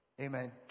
amen